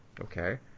Okay